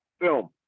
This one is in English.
film